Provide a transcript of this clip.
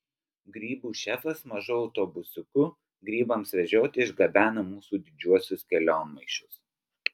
grybų šefas mažu autobusiuku grybams vežioti išgabena mūsų didžiuosius kelionmaišius